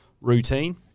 routine